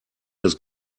das